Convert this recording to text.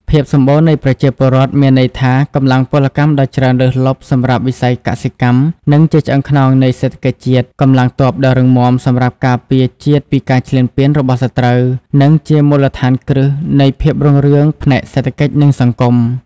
ភាពសម្បូរនៃប្រជាពលរដ្ឋមានន័យថាកម្លាំងពលកម្មដ៏ច្រើនលើសលប់សម្រាប់វិស័យកសិកម្ម ដែលជាឆ្អឹងខ្នងនៃសេដ្ឋកិច្ចជាតិ កម្លាំងទ័ពដ៏រឹងមាំសម្រាប់ការពារជាតិពីការឈ្លានពានរបស់សត្រូវ និងជាមូលដ្ឋានគ្រឹះនៃភាពរុងរឿងផ្នែកសេដ្ឋកិច្ច និងសង្គម។